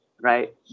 right